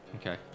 Okay